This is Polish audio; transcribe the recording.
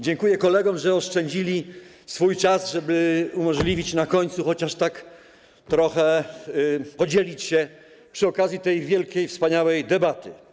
Dziękuję kolegom, że oszczędzili swój czas, żeby umożliwić chociaż na końcu, żeby tak trochę podzielić się przy okazji tej wielkiej, wspaniałej debaty.